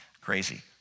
crazy